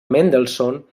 mendelssohn